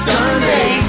Sunday